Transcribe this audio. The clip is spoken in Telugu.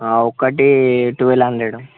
ఆ ఒకటి ట్వల్వ్ హండ్రెడ్